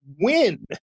win